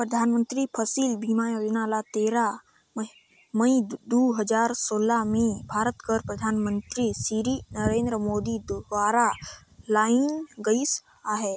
परधानमंतरी फसिल बीमा योजना ल तेरा मई दू हजार सोला में भारत कर परधानमंतरी सिरी नरेन्द मोदी दुवारा लानल गइस अहे